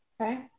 Okay